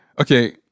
okay